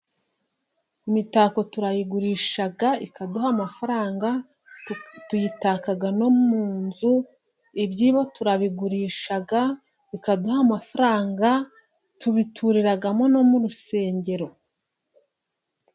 Imitako turayigurisha ikaduha amafaranga, tuyitaka no mu nzu, ibyibo turabigurisha bikaduha amafaranga, tubituriramo no mu rusengero.